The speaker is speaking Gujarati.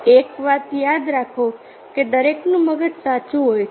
એક વાત યાદ રાખો કે દરેકનું મગજ સાચુ હોય છે